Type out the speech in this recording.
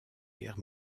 guerre